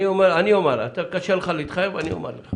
לך קשה להתחייב אבל אני אומר לך